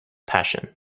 passion